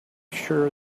sure